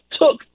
took